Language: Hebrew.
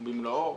במלואו?